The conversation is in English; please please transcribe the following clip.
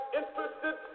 interested